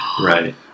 Right